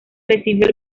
recibió